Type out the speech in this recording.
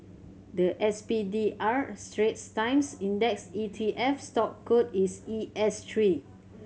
the S P D R Straits Times Index E T F stock code is E S three